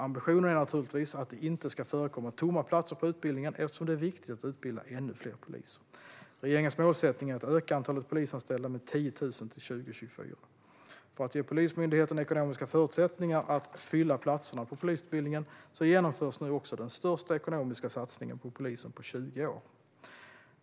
Ambitionen är naturligtvis att det inte ska förekomma tomma platser på utbildningen eftersom det är viktigt att utbilda ännu fler poliser. Regeringens målsättning är att öka antalet polisanställda med 10 000 till 2024. För att ge Polismyndigheten ekonomiska förutsättningar att fylla platserna på polisutbildningen genomförs nu också den största ekonomiska satsningen på polisen på 20 år.